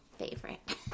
favorite